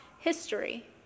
history